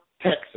Texas